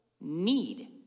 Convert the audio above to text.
need